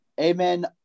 Amen